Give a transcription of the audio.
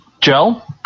gel